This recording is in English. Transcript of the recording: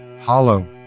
hollow